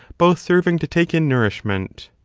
both serving to take in nourishment.